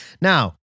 Now